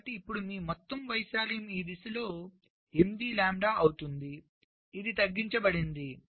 కాబట్టి ఇప్పుడు మీ మొత్తం వైశాల్యం ఈ దిశలో 8 లాంబ్డా అవుతుంది ఇది తగ్గించబడింది